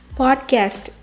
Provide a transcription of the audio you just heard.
podcast